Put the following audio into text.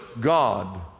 God